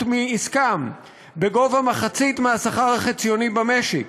מעסקם בגובה מחצית השכר החציוני במשק.